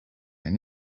and